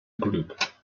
group